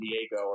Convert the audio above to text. Diego